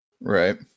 Right